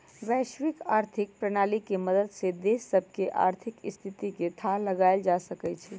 वैश्विक आर्थिक प्रणाली के मदद से देश सभके आर्थिक स्थिति के थाह लगाएल जा सकइ छै